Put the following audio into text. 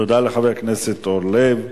תודה לחבר הכנסת אורלב.